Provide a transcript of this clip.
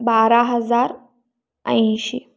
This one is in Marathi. बारा हजार ऐंशी